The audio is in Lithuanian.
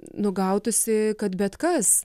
nu gautųsi kad bet kas